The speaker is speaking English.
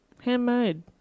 Handmade